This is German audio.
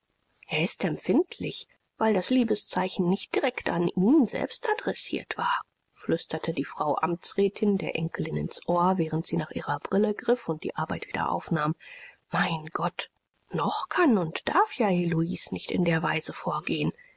er ist empfindlich weil das liebeszeichen nicht direkt an ihn selbst adressiert war flüsterte die frau amtsrätin der enkelin ins ohr während sie nach ihrer brille griff und die arbeit wieder aufnahm mein gott noch kann und darf ja heloise nicht in der weise vorgehen